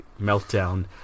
meltdown